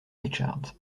richards